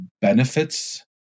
benefits